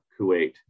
Kuwait